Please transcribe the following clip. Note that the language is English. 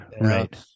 Right